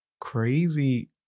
crazy